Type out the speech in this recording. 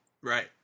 right